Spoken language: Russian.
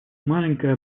маленькая